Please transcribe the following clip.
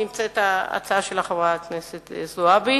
מאז הקמת המרכז לגביית קנסות ב-1995 נותרו פתוחים 59% מתיקי